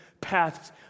paths